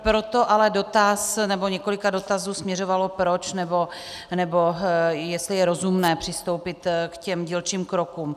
Proto ale dotaz, nebo několik dotazů směřovalo proč, nebo jestli je rozumné přistoupit k těm dílčím krokům.